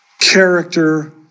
character